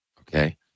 Okay